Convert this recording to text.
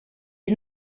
est